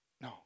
No